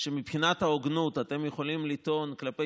שמבחינת ההוגנות אתם יכולים לטעון כלפי